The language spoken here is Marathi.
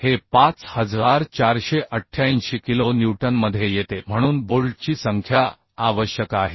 हे 5488 किलो न्यूटनमध्ये येते म्हणून बोल्टची संख्या आवश्यक आहे